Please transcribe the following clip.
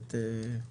בכנסת אדם עיוור.